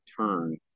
turn